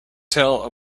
tell